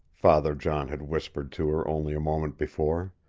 father john had whispered to her only a moment before.